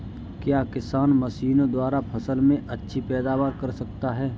क्या किसान मशीनों द्वारा फसल में अच्छी पैदावार कर सकता है?